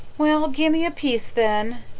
well, gimme a piece then.